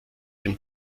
den